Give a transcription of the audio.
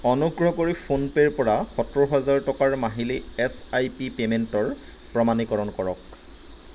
অনুগ্ৰহ কৰি ফোনপে'ৰপৰা সত্তৰ হাজাৰ টকাৰ মাহিলী এছ আই পি পে'মেণ্টৰ প্ৰমাণীকৰণ কৰক